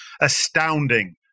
astounding